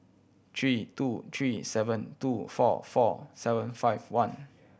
three two three seven two four four seven five one